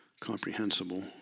comprehensible